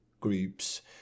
groups